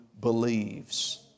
believes